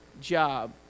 job